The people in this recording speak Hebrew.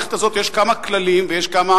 במערכת הזאת יש כמה כללים ויש כמה